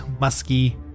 musky